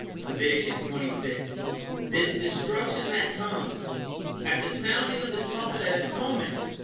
leviticus twenty six this destruction that comes at the sounding of the trumpet at atonement